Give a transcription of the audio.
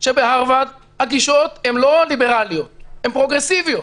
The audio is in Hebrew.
שבהרווארד הגישות הן לא ליברליות הן פרוגרסיביות.